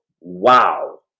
wow